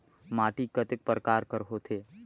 माटी कतेक परकार कर होथे?